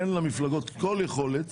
אין למפלגות כל יכולת